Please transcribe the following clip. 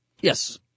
Yes